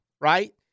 right